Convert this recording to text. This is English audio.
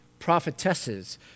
Prophetesses